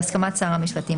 בהסכמת שר המשפטים,